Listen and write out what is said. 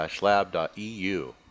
lab.eu